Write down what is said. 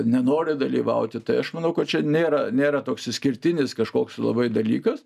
nenori dalyvauti tai aš manau kad čia nėra nėra toks išskirtinis kažkoks labai dalykas